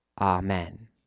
Amen